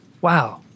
Wow